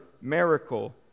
miracle